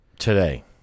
today